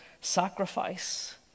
sacrifice